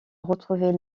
retrouver